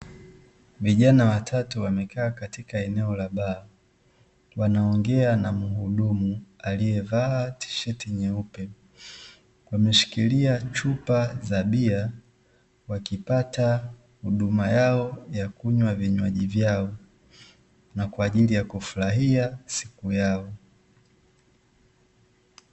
Vijana watatu wamekaa katika eneo la baa, wanaongea na muhudumu aliyevaa tsheti nyeupe. Wameshikilia chupa za bia wakipata huduma yao ya kunywa vinwaji vyao na kwa ajili ya kufurahia siku yao.